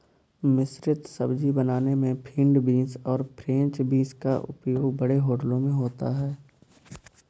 मिश्रित सब्जी बनाने में फील्ड बींस और फ्रेंच बींस का उपयोग बड़े होटलों में होता है